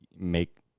make